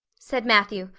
said matthew,